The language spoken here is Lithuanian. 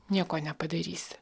nieko nepadarysi